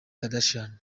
kardashian